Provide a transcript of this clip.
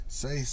say